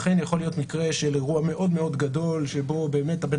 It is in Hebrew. אכן יכול להיות מקרה של אירוע מאוד מאוד גדול שבו באמת הבן